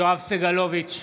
יואב סגלוביץ'